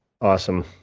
Awesome